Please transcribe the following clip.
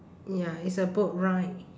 ya it's a boat ride